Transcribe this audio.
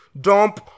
dump